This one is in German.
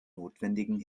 notwendigen